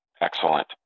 Excellent